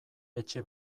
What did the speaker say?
etxe